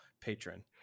patron